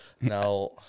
Now